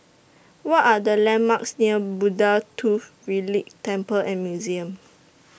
What Are The landmarks near Buddha Tooth Relic Temple and Museum